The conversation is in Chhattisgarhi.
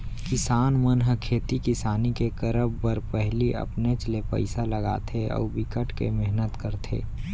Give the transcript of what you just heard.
किसान मन ह खेती किसानी के करब बर पहिली अपनेच ले पइसा लगाथे अउ बिकट के मेहनत करथे